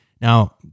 Now